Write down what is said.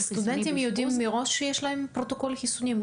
סטודנטים יודעים מראש שיש להם פרוטוקול חיסוני?